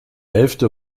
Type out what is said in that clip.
hälfte